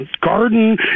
garden